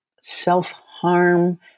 self-harm